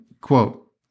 quote